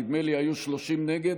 נדמה לי שהיו 30 נגד,